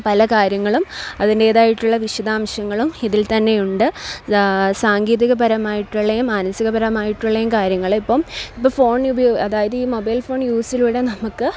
പല കാര്യങ്ങളും അതിൻ്റേതായിട്ടുള്ള വിശദാംശങ്ങളും ഇതിൽ തന്നെയുണ്ട് സാങ്കേതിക പരമായിട്ടുള്ളതും മാനസികപരമായിട്ടുള്ളതും കാര്യങ്ങൾ ഇപ്പം ഇപ്പോൾ ഫോൺ ഉപയോഗം അതായത് ഈ മൊബൈൽ ഫോൺ യൂസിലൂടെ നമ്മൾക്ക്